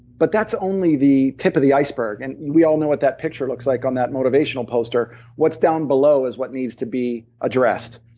but that's only the tip of the iceberg. and we all know what that picture looks like on that motivational poster what's down below is what needs to be addressed.